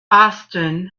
austin